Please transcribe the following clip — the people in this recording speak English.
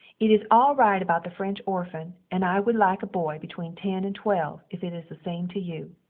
it is al-rite about the french orfan and i wood like a boy between ten and twelve if it is the same to you.